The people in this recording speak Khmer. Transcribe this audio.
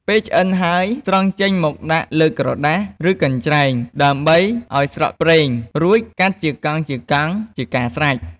ពេលឆ្អិនហើយ ស្រង់ចេញមកដាក់លើក្រដាស ឬកញ្ច្រែងដើម្បីឱ្យស្រក់ប្រេង រួចកាត់ជាកង់ៗជាការស្រេច។